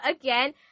again